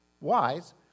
wise